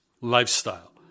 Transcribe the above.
lifestyle